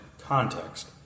context